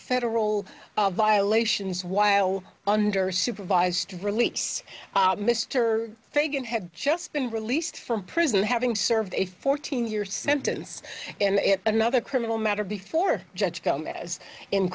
federal violations while under supervised release mr fagan had just been released from prison having served a fourteen year sentence and another criminal matter before judge come as in